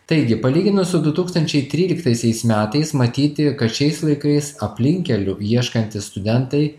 taigi palyginus su du tūkstančiai tryliktaisiais metais matyti kad šiais laikais aplinkkelių ieškantys studentai